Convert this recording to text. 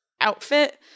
outfit